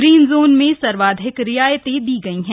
green zone में सर्वाधिक रियायतें दी गई है